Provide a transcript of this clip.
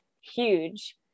huge